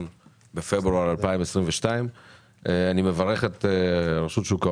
בפברואר 2022. אני מברך את רשות שוק ההון,